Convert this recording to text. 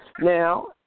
now